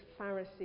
Pharisee